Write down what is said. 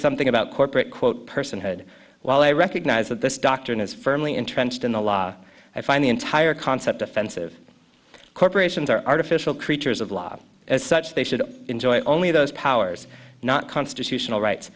something about corporate quote personhood while i recognize that this doctrine is firmly entrenched in the law i find the entire concept offensive corporations are artificial creatures of law as such they should enjoy only those powers not constitutional rights